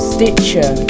Stitcher